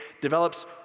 develops